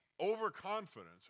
overconfidence